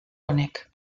honek